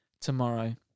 tomorrow